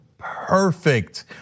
Perfect